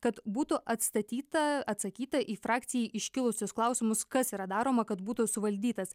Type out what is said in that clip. kad būtų atstatyta atsakyta į frakcijai iškilusius klausimus kas yra daroma kad būtų suvaldytas